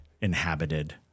inhabited